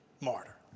martyr